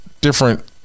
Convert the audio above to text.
different